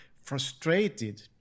frustrated